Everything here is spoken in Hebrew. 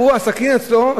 הסכין אצלו,